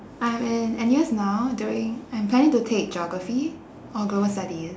I'm in N_U_S now doing I'm planning to take geography or global studies